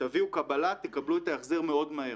תביאו קבלה, תקבלו את ההחזר מאוד מהר.